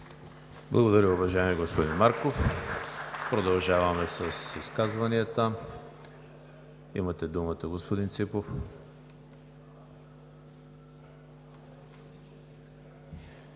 Благодаря, уважаеми господин Марков. Продължаваме с изказванията. Имате думата, господин Ципов.